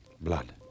Blood